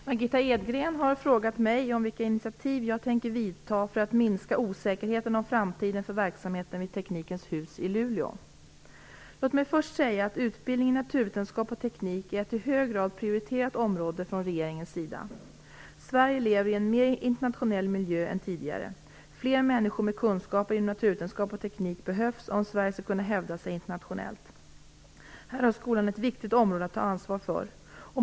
Herr talman! Margitta Edgren har frågat mig om vilka initiativ jag tänker vidta för att minska osäkerheten om framtiden för verksamheten vid Teknikens hus i Luleå. Låt mig först säga att utbildning i naturvetenskap och teknik är ett i hög grad prioriterat område från regeringens sida. Sverige lever i en mer internationell miljö än tidigare. Fler människor med kunskaper inom naturvetenskap och teknik behövs om Sverige skall kunna hävda sig internationellt. Här har skolan ett viktigt område att ta ansvar för.